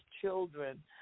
children